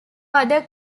other